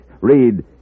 read